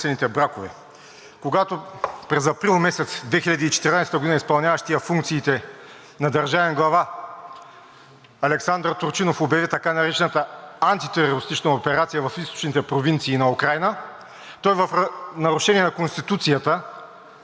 Олександър Турчинов обяви така наречената антитерористична операция в източните провинции на Украйна, той в нарушение на Конституцията мобилизира българите от Таврия и от Болградско